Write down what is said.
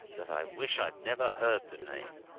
that i wish i'd never heard the name!